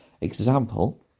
example